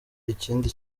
ikindi